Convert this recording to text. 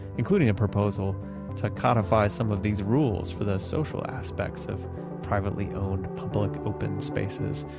including a proposal to codify some of these rules for the social aspects of privately owned public open spaces.